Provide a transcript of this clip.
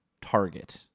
target